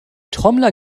trommler